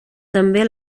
també